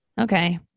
Okay